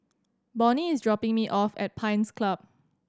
Bonnie is dropping me off at Pines Club